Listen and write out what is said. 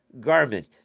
garment